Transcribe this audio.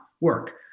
work